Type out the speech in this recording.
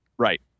Right